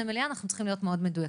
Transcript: המליאה וצריכים להיות מאוד מדויקים.